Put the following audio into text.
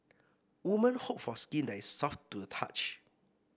woman hope for skin that is soft to the touch